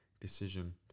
decision